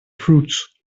fruits